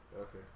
Okay